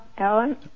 Alan